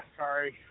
sorry